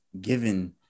given